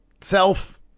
self